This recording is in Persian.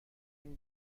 این